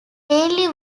ainley